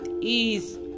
ease